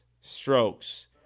strokes